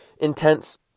intense